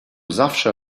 zawsze